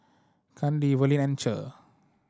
Kandi Verlin and Cher